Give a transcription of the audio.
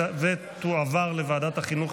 ותועבר לוועדת החינוך,